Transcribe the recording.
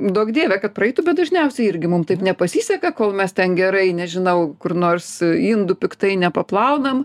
duok dieve kad praeitų bet dažniausiai irgi mum taip nepasiseka kol mes ten gerai nežinau kur nors indų piktai nepaplaunam